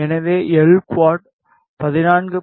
எனவே L quad 14